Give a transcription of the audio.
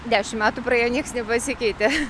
dešimt metų praėjo nieks nepasikeitė